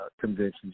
conventions